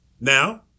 Now